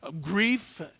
grief